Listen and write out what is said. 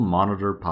Monitor